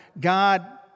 God